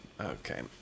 Okay